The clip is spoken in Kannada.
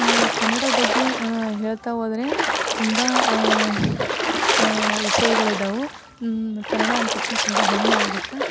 ಕನ್ನಡದ ಬಗ್ಗೆ ಹೇಳ್ತಾ ಹೋದರೆ ತುಂಬ ವಿಷಯಗಳಿದಾವೆ ಕನ್ನಡ ಅಂದ ತಕ್ಷಣ ತುಂಬ ಹೆಮ್ಮೆ ಆಗುತ್ತೆ